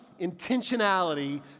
intentionality